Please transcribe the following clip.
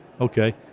Okay